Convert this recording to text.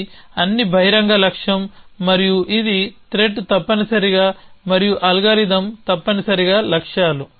ఇది అన్ని బహిరంగ లక్ష్యం మరియు ఇది త్రెట్ తప్పనిసరిగా మరియు అల్గోరిథం తప్పనిసరిగా లక్ష్యాలు